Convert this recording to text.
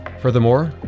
Furthermore